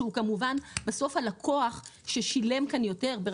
שהוא כמובן בסוף הלקוח ששילם כאן יותר.